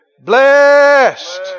Blessed